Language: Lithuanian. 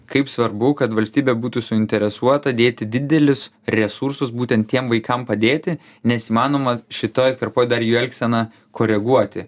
kaip svarbu kad valstybė būtų suinteresuota dėti didelius resursus būtent tiem vaikam padėti nes įmanoma šitoj atkarpoj dar jų elgseną koreguoti